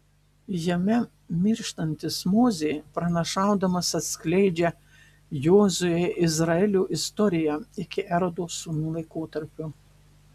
jame mirštantis mozė pranašaudamas atskleidžia jozuei izraelio istoriją iki erodo sūnų laikotarpio